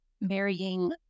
marrying